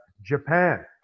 Japan